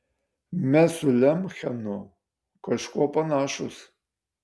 mes su lemchenu kažkuo panašūs